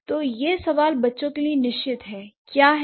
तो यह सवाल बच्चों के लिए निश्चित है किया है